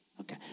Okay